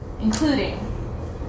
Including